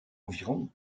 environ